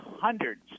hundreds